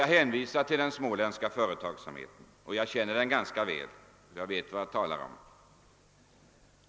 Jag hänvisar till den småländska företagsamheten. Jag känner den ganska väl, så jag vet vad jag talar om.